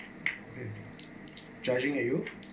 judging at you